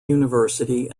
university